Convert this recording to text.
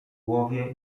głowie